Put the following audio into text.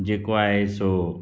जेको आहे सो